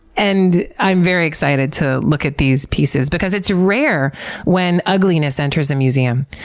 and i'm very excited to look at these pieces because it's rare when ugliness enters a museum.